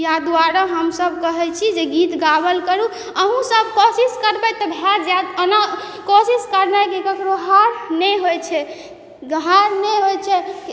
इएह दुआरे हम सब कहय छी जे गीत गाबल करू अहुँ सब कोशिश करबय तऽ भए जायत अना कोशिश करनाइके ककरो हार नहि होइ छै हार नहि होइ छै